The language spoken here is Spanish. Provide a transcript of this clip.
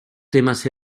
temas